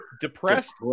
Depressed